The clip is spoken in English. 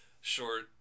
short